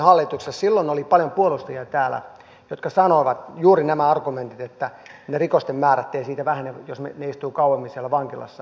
silloin täällä oli paljon puolustajia jotka sanoivat juuri nämä argumentit että ne rikosten määrät eivät siitä vähene jos he istuvat kauemmin siellä vankilassa